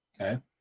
Okay